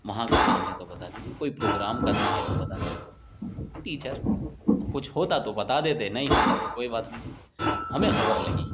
وہاں کا کام ہے تو بتا دیجئے کوئی پروگرام کرنا ہے تو بتا دیجئے ٹیچر کچھ ہوتا تو بتا دیتے نہیں ہوتا تو کوئی بات نہیں ہمیں خبر لگی